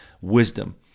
wisdom